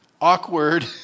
Awkward